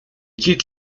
quitte